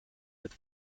with